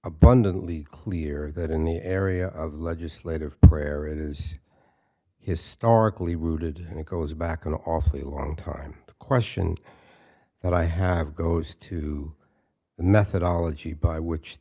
abundantly clear that in the area of legislative prayer it is historically rooted and it goes back an awfully long time the question that i have goes to the methodology by which